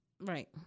Right